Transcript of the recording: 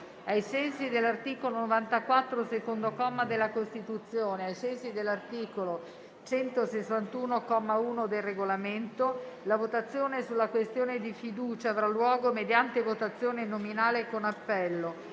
ai sensi dell'articolo 94, secondo comma, della Costituzione e ai sensi dell'articolo 161, comma 1, del Regolamento, la votazione sulla questione di fiducia avrà luogo mediante votazione nominale con appello.